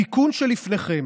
התיקון שלפניכם